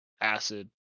Acid